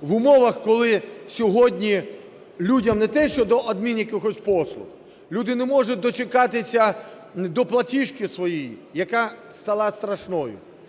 В умовах, коли сьогодні людям не те що до якихось адмінпослуг, люди не можуть дочекатися платіжки своєї, яка стала страшною.